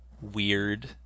weird